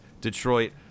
Detroit